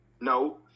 No